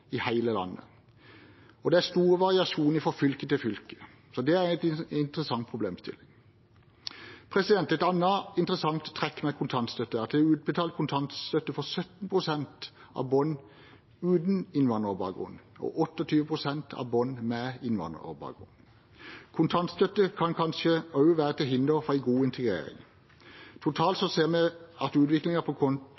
i hele landet. Det er også store variasjoner fra fylke til fylke. Så dette er en interessant problemstilling. Et annet interessant trekk med kontantstøtten er at det er utbetalt kontantstøtte for 17 pst. av barn uten innvandrerbakgrunn og 28 pst. av barn med innvandrerbakgrunn. Kontantstøtte kan kanskje også være til hinder for en god integrering. Når det gjelder utviklingen totalt,